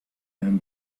him